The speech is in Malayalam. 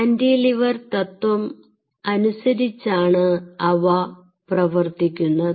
കാന്റിലിവർ തത്വം അനുസരിച്ചാണ് അവ പ്രവർത്തിക്കുന്നത്